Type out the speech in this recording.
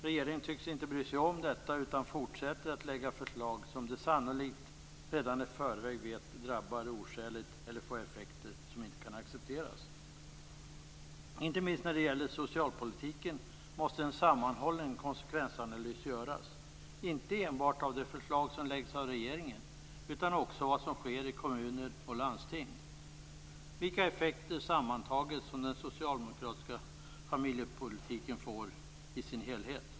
Regeringen tycks inte bry sig om detta utan fortsätter att lägga fram förslag som den sannolikt redan i förväg vet drabbar oskäligt eller får effekter som inte kan accepteras. Inte minst när det gäller socialpolitiken måste en sammanhållen konsekvensanalys göras, inte enbart av de förslag som läggs fram av regeringen utan också av det som sker i kommuner och landsting, dvs. av vilka effekter som den socialdemokratiska familjepolitiken får i sin helhet.